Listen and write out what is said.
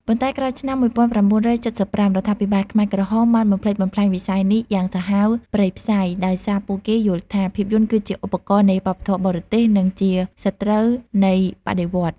ប៉ុន្តែក្រោយឆ្នាំ ១៩៧៥ រដ្ឋាភិបាលខ្មែរក្រហមបានបំផ្លិចបំផ្លាញវិស័យនេះយ៉ាងសាហាវព្រៃផ្សៃ ដោយសារពួកគេយល់ថា ភាពយន្តគឺជាឧបករណ៍នៃវប្បធម៌បរទេស និងជាសត្រូវនៃបដិវត្តន៍។